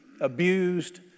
abused